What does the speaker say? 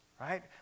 right